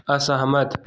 असहमत